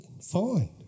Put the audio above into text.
fine